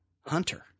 Hunter